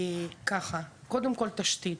ראשית לגבי תשתית,